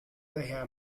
daher